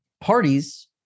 parties